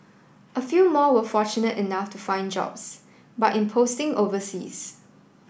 a few more were fortunate enough to find jobs but in posting overseas